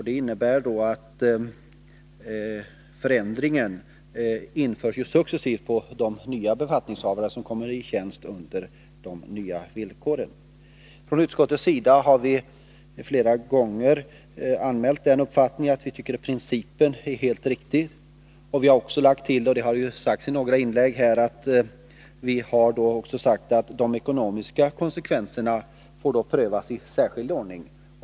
Det innebär att förändringen införs successivt för de nya befattningshavare som kommer i tjänst under de nya villkoren. Utskottet har flera gånger framfört uppfattningen att principen är helt riktig. Vi har också sagt att de ekonomiska konsekvenserna får prövas i särskild ordning.